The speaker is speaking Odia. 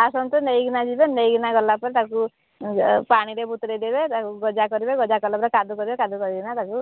ଆସନ୍ତୁ ନେଇକିନା ଯିବେ ନେଇକିନା ଗଲା ପରେ ତାକୁ ପାଣିରେ ବତୁରେଇ ଦେବେ ତାକୁ ଗଜା କରିବେ ଗଜା କରିଲା ପରେ କାଦୁ କରିବେ କାଦୁ କରି କିନା ତାକୁ